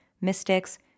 mystics